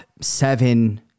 seven